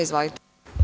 Izvolite.